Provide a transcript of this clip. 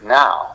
now